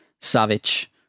Savage